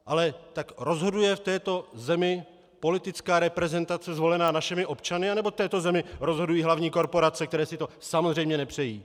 Ale rozhoduje v této zemi politická reprezentace zvolená našimi občany, nebo v této zemi rozhodují hlavní korporace, které si to samozřejmě nepřejí?